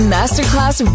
Masterclass